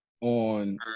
on